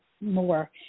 more